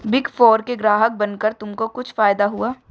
Big four के ग्राहक बनकर तुमको कुछ फायदा हुआ?